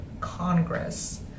Congress